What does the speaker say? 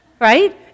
right